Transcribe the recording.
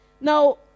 Now